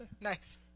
nice